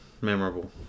memorable